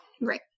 Right